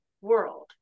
world